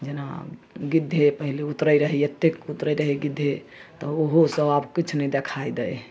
जेना गिद्धे पहिले उतरै रहै एतेक उतरै रहै गिद्धे तऽ उहो सब आब किछु नहि देखाइ दै है